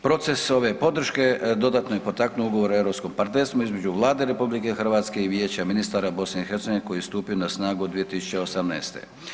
Proces ove podrške dodatno je potaknuo ugovor o europskom partnerstvu između Vlade RH i Vijeća ministara BiH koji je stupio na snagu 2018.